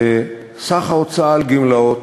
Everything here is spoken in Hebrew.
סך ההוצאה על גמלאות